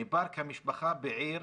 "מפארק המשפחה בעיר,